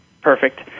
Perfect